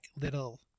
little